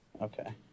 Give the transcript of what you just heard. Okay